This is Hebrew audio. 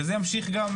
וזה ימשיך גם